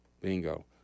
Bingo